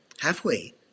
halfway